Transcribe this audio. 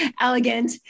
elegant